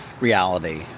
reality